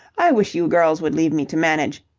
i wish you girls would leave me to manage.